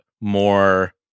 more